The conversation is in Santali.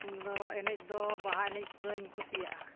ᱤᱧᱫᱚ ᱮᱱᱮᱡ ᱫᱚ ᱵᱟᱦᱟ ᱮᱱᱮᱡ ᱯᱩᱨᱟᱹᱧ ᱠᱩᱥᱤᱭᱟᱜᱼᱟ